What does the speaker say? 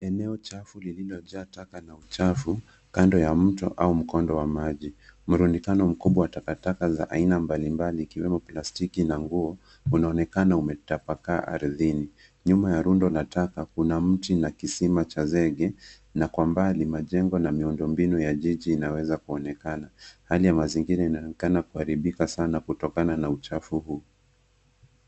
Eneo chafu lililojaa taka na uchafu, kando ya mto au mkondo wa maji. Mrundikano mkubwa wa takataka za aina mbalimbali ikiwemo plastiki na nguo, unaonekana umetapakaa ardhini. Nyuma ya rundo la taka, kuna mti na kisima cha zege, na kwa mbali majengo na miundombinu ya jiji inaweza kuonekana. Hali ya mazingira inaonekana kuharibika sana kutokana na uchafu huo.